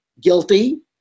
guilty